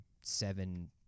seven